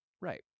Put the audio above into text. right